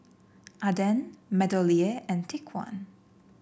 Aden MeadowLea and Take One